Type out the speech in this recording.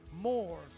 more